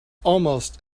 almost